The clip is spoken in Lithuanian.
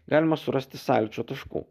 galima surasti sąlyčio taškų